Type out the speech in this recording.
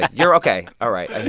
you're ok. all right. i